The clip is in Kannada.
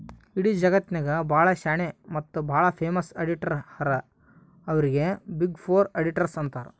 ಇಡೀ ಜಗತ್ನಾಗೆ ಭಾಳ ಶಾಣೆ ಮತ್ತ ಭಾಳ ಫೇಮಸ್ ಅಡಿಟರ್ ಹರಾ ಅವ್ರಿಗ ಬಿಗ್ ಫೋರ್ ಅಡಿಟರ್ಸ್ ಅಂತಾರ್